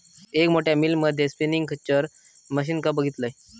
एक मोठ्या मिल मध्ये स्पिनींग खच्चर मशीनका बघितलंय